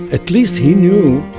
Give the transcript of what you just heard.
at least he knew,